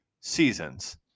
seasons